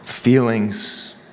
Feelings